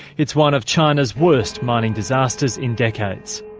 it's one of china's worst mining disasters in decades.